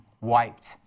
wiped